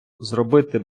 зробити